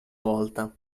volta